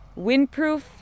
windproof